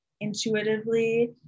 intuitively